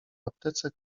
aptece